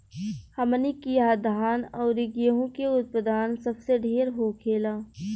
हमनी किहा धान अउरी गेंहू के उत्पदान सबसे ढेर होखेला